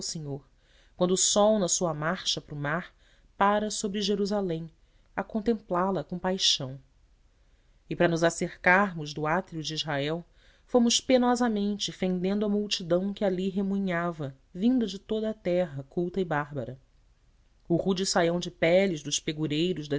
senhor quando o sol na sua marcha para o mar pára sobre jerusalém a contemplá-la com paixão e para nos acercarmos do átrio de israel fomos penosamente fendendo a multidão que ali remoinhava vinda de toda a terra culta e bárbara o rude saião de peles dos pegureiros das